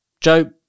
Joe